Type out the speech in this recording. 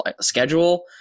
schedule